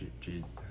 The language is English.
Jesus